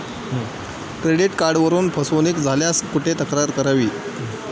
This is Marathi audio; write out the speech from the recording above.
क्रेडिट कार्डवरून फसवणूक झाल्यास कुठे तक्रार करावी?